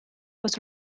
was